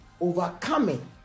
Overcoming